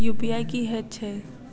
UPI की हएत छई?